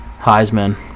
Heisman